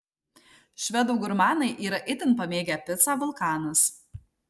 švedų gurmanai yra itin pamėgę picą vulkanas